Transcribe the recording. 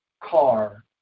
car